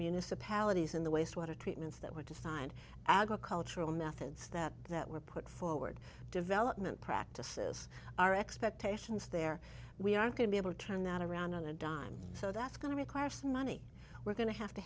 municipalities in the wastewater treatments that were designed agricultural methods that that were put forward development practices are expectations there we aren't going to be able to turn that around on a dime so that's going to require some money we're going to have to